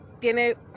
tiene